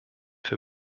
für